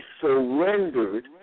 surrendered